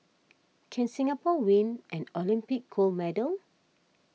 can Singapore win an Olympic gold medal